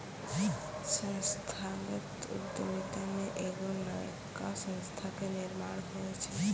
संस्थागत उद्यमिता मे एगो नयका संस्था के निर्माण होय छै